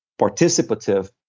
participative